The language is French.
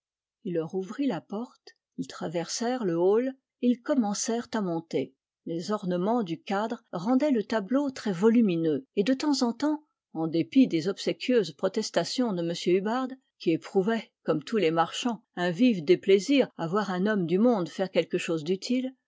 il leur ouvrit la porte ils traversèrent le hall et ils commencèrent à monter les ornements du cadre rendaient le tableau très volumineux et de temps en temps en dépit des obséquieuses protestations de m hubbard qui éprouvait comme tous les marchands un vif déplaisir à voir un homme du monde faire quelque chose d'utile